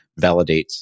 validates